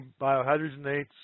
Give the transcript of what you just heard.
biohydrogenates